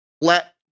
Let